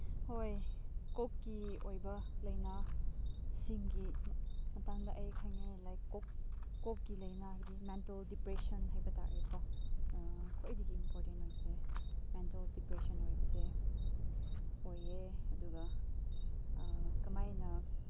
ꯍꯣꯏ ꯀꯣꯛꯀꯤ ꯑꯣꯏꯕ ꯂꯥꯏꯅꯥꯁꯤꯡꯒꯤ ꯃꯄꯥꯡꯗ ꯑꯩ ꯈꯪꯉꯦ ꯂꯥꯏꯛ ꯀꯣꯛ ꯀꯣꯛꯀꯤ ꯂꯥꯏꯅꯥ ꯍꯥꯏꯕꯗꯤ ꯃꯦꯟꯇꯜ ꯗꯤꯄ꯭ꯔꯦꯁꯟ ꯍꯥꯏꯕ ꯇꯥꯔꯦ ꯀꯣ ꯈ꯭ꯋꯥꯏꯗꯒꯤ ꯏꯝꯄꯣꯔꯇꯦꯟ ꯑꯣꯏꯕꯁꯦ ꯃꯦꯟꯇꯜ ꯗꯤꯄ꯭ꯔꯦꯁꯟ ꯑꯣꯏꯕꯁꯦ ꯑꯣꯏꯌꯦ ꯑꯗꯨꯒ ꯀꯃꯥꯏꯅ